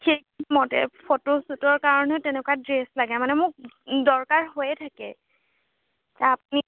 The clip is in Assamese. সেই মতে ফটো শ্বুটৰ কাৰণেও তেনেকুৱা ড্ৰেছ লাগে মানে মোক দৰকাৰ হৈয়ে থাকে আপুনি